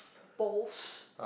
balls